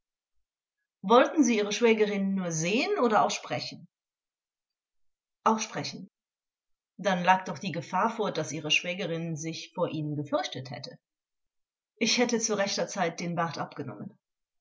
wollten sie ihre schwägerin nur sehen oder auch sprechen angekl auch sprechen vors dann lag doch die gefahr vor daß ihre schwägerin sich vor ihnen gefürchtet hätte angekl ich hätte zu rechter zeit den bart abgenommen